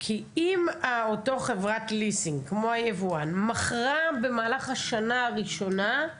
אם אותה חברת ליסינג מכרה במהלך השנה הראשונה,